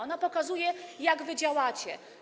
Ona pokazuje, jak wy działacie.